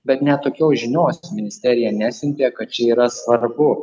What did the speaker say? bet net tokios žinios ministerija nesiuntė kad čia yra svarbu